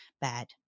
Bad